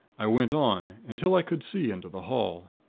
i went on, until i could see into the hall.